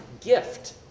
gift